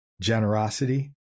generosity